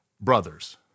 brothers